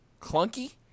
clunky